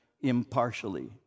impartially